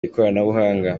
ikoranabuhanga